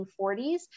1940s